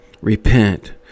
repent